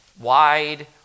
wide